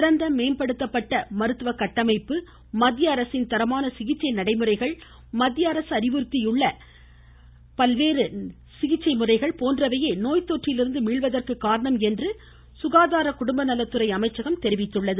சிறந்த மேம்படுத்தப்பட்ட மருத்துவ கட்டமைப்பு மத்திய அரசின் தரமான சிகிச்சை நடைமுறைகள் மத்திய அரசு அறிவுறுத்தியுள்ள தரமான சிகிச்சை நடைமுறைகள் போன்றவையே நோய் தொற்றிலிருந்து மீள்வதற்கு காரணம் என்று மத்திய சுகாதார குடும்ப நலத்துறை அமைச்சகம் தெரிவித்துள்ளது